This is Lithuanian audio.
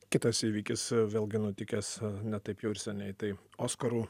kitas įvykis vėlgi nutikęs ne taip jau ir seniai tai oskarų